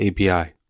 API